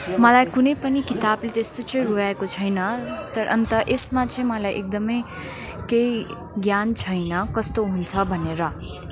मलाई कुनै पनि किताबले त्यस्तो चाहिँ रुवाएको छैन तर अन्त यसमा चाहिँ मलाई एकदमै केही ज्ञान छैन कस्तो हुन्छ भनेर